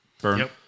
Burn